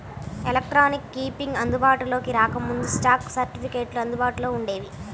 electronic keeping అందుబాటులోకి రాకముందు, stock సర్టిఫికెట్లు అందుబాటులో వుండేవి